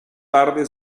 tarde